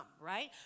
right